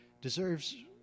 deserves